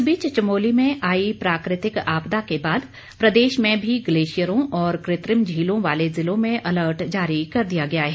इस बीच चमोली में आई प्राकृतिक आपदा के बाद प्रदेश में भी ग्लेशियरों और कृत्रिम झीलों वाले जिलों में अलर्ट जारी कर दिया गया है